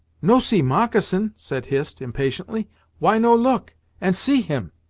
no see moccasin, said hist, impatiently why no look and see him.